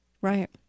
right